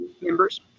members